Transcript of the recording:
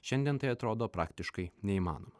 šiandien tai atrodo praktiškai neįmanoma